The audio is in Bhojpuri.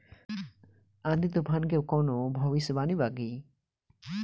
आँधी तूफान के कवनों भविष्य वानी बा की?